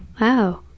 Wow